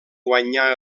guanyar